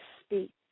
speak